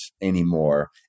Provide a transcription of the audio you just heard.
anymore